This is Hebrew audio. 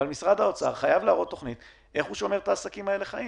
אבל משרד האוצר חייב להראות תוכנית איך הוא שומר את העסקים האלה חיים.